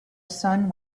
son